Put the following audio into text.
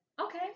Okay